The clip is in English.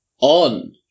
On